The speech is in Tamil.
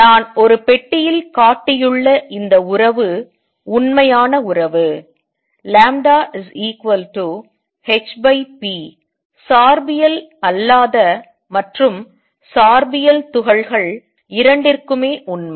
நான் ஒரு பெட்டியில் காட்டியுள்ள இந்த உறவு உண்மையான உறவு λhp சார்பியல் அல்லாத மற்றும் சார்பியல் துகள்கள் இரண்டிற்குமே உண்மை